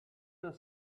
her